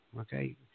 okay